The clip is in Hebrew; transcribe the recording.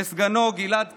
לסגנו גלעד קרן,